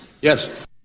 Yes